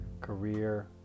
career